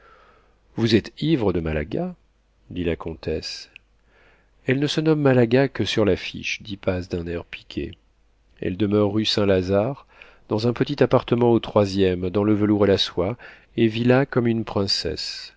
intrépidité vous êtes ivre de malaga dit la comtesse elle ne se nomme malaga que sur l'affiche dit paz d'un air piqué elle demeure rue saint-lazare dans un petit appartement au troisième dans le velours et la soie et vit là comme une princesse